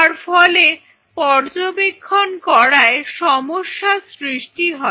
যার ফলে পর্যবেক্ষণ করায় সমস্যার সৃষ্টি হয়